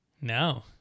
No